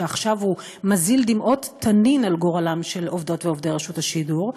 שעכשיו מזיל דמעות תנין על גורלם של עובדות ועובדי רשות השידור,